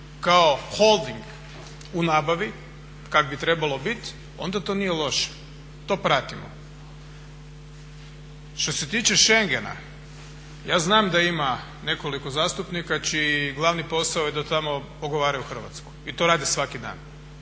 kao holding u nabavi kako bi trebalo biti onda to nije loše, to pratimo. Što se tiče schengena, ja znam da ima nekoliko zastupnika čiji je glavni posao da tamo ogovaraju Hrvatsku i to rade svaki dan